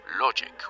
Logic